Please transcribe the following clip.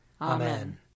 Amen